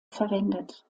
verwendet